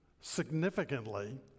significantly